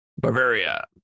Bavaria